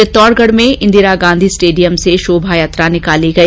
चित्तौडगढ में इंदिरा गांधी स्टेडियम में शोभायात्रा निकाली गई